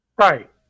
right